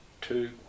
two